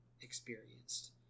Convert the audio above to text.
experienced